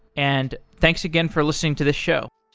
and thanks again for listening to this show